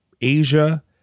Asia